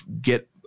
get